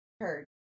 Heard